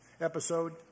episode